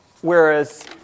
whereas